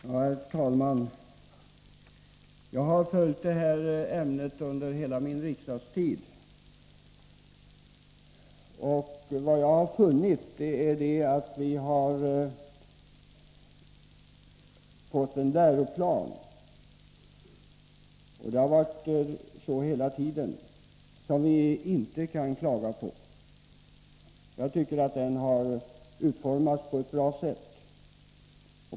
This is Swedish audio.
Herr talman! Jag har följt detta ämne under hela min riksdagstid. Vad jag har funnit är att vi har fått en läroplan som vi inte kan klaga på, och det har varit så hela tiden. Jag tycker att den har utformats på ett bra sätt.